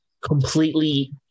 completely